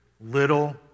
little